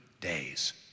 days